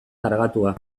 kargatua